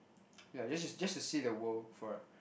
ya just to just to see the world for